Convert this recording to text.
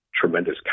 tremendous